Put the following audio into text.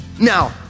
now